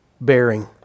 bearing